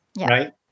Right